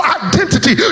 identity